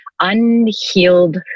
unhealed